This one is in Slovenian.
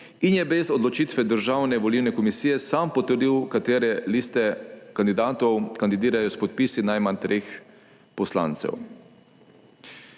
in je brez odločitve Državne volilne komisije sam potrdil, katere liste kandidatov kandidirajo s podpisi najmanj treh poslancev.